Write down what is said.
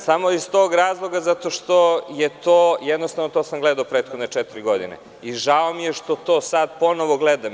Samo iz tog razloga, zato što sam to jednostavno gledao prethodne četiri godine i žao mi je što to sada ponovo gledam.